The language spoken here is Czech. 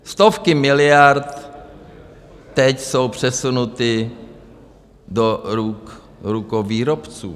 Stovky miliard teď jsou přesunuty do rukou výrobců.